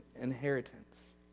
inheritance